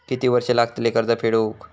किती वर्षे लागतली कर्ज फेड होऊक?